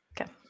Okay